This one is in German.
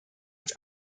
uns